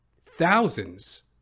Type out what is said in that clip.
thousands